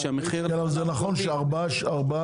שבו המחיר --- זה נכון שהמחיר הוא 4 אגורות?